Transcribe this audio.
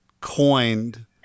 Coined